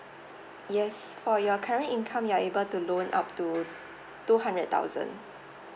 yes for your current income you're able to loan up to two hundred thousand